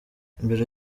mbere